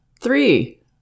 three